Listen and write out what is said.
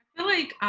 like,